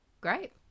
Great